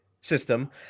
system